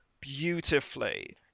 beautifully